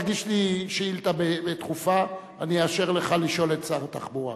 תגיש לי שאילתא דחופה ואני אאשר לשאול את שר התחבורה.